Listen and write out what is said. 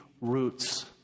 roots